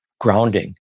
grounding